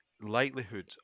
likelihood